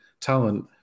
talent